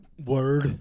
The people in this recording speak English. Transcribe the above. Word